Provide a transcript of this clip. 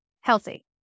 healthy